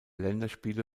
länderspiele